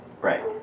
Right